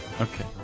Okay